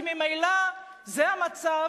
כי ממילא זה המצב,